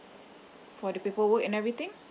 for the paperwork and everything